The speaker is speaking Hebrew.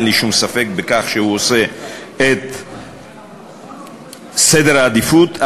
אין לי שום ספק בכך שהוא עושה את סדר העדיפויות,